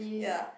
ya